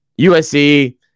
USC –